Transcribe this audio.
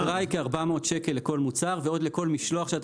האגרה היא כ-400 שקלים לכל מוצר ואז לכל משלוח,